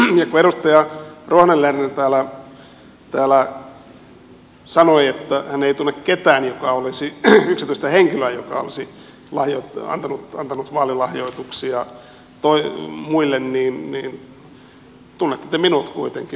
kun edustaja ruohonen lerner täällä sanoi että hän ei tunne ketään yksityistä henkilöä joka olisi antanut vaalilahjoituksia muille niin tunnette te minut kuitenkin